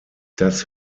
das